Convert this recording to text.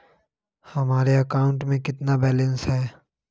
हमारे अकाउंट में कितना बैलेंस है?